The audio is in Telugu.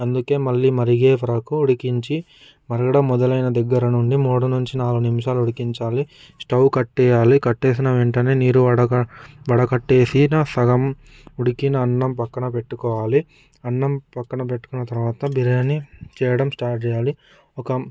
అందుకే మళ్ళీ మరిగే వరకు ఉడికించి మరగడం మొదలైన దగ్గర నుండి మూడు నుంచి నాలుగు నిమిషాలు ఉడికించాలి స్టవ్ కట్టేయాలి కట్టేసిన వెంటనే నీరు వడకట్టేసి వడకట్టేసిన సగం ఉడికిన అన్నం పక్కన పెట్టుకోవాలి అన్నం పక్కన పెట్టుకున్న తర్వాత బిర్యాని చేయడం స్టార్ట్ చేయాలి ఒక